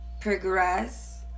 progress